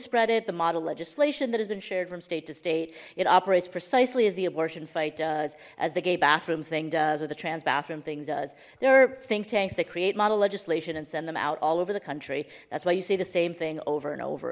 spread it the model legislation that has been shared from state to state it operates precisely as the abortion fight does as the gay bathroom thing does or the trans bathroom things does there are think tanks that create model legislation and send them out all over the country that's why you see the same thing over and over